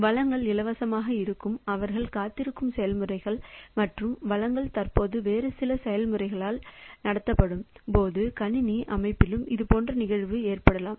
வளங்கள் இலவசமாக இருக்க அவர்கள் காத்திருக்கும் செயல்முறைகள் மற்றும் வளங்கள் தற்போது வேறு சில செயல்முறைகளால் நடத்தப்படும் போது கணினி அமைப்பிலும் இதேபோன்ற நிகழ்வு ஏற்படலாம்